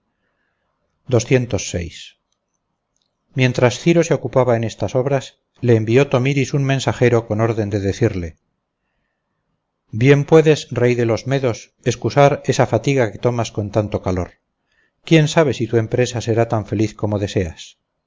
tropas mientras ciro se ocupaba en estas obras le envió tomiris un mensajero con orden de decirle bien puedes rey de los medos excusar esa fatiga que tomas con tanto calor quién sabe si tu empresa será tan feliz corno deseas